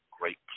great